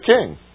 king